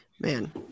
man